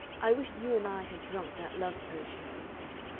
i wish you and i had drunk that love potion, he said.